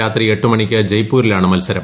രാത്രി എട്ട് മണിക്ക് ജയ്പൂരിലാണ് മത്സരം